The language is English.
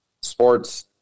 sports